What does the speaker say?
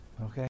Okay